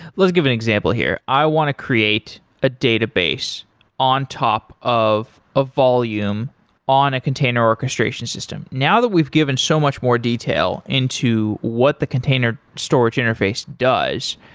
let's give an example here. i want to create a database on top of a volume on a container orchestration system. now that we've given so much detail into what the container storage interface does,